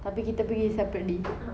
tapi kita pergi separately